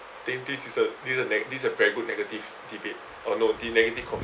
think this is a this is a neg~ this is a very good negative debate oh no the negative conversation